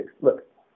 Look